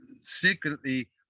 secretly